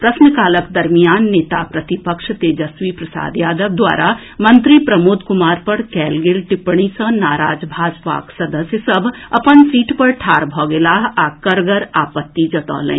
प्रश्नकालक दरमियान नेता प्रतिपक्ष तेजस्वी प्रसाद यादव द्वारा मंत्री प्रमोद कुमार पर कएल गेल टिप्पणी सँ नाराज भाजपाक सदस्य सभ अपन सीट पर ठाढ भऽ गेलाह आ कड़गर आपत्ति जतौलनि